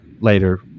later